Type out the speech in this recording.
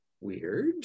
weird